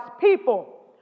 people